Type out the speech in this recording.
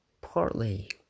partly